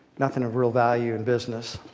nothing of real value in business.